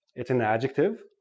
it's an adjective,